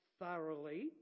thoroughly